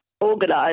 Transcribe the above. organise